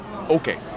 Okay